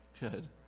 good